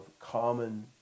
common